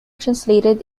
translated